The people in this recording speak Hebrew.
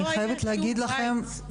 אני חייבת להגיד לכם לא היה כלום,